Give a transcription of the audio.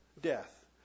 death